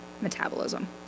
metabolism